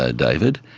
ah david.